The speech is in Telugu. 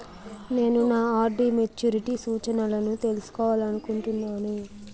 నేను నా ఆర్.డి మెచ్యూరిటీ సూచనలను తెలుసుకోవాలనుకుంటున్నాను